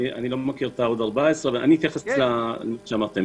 אני לא מכיר את העוד 14. אתייחס למה שאמרתם.